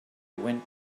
went